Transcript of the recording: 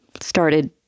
started